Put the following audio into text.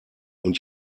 und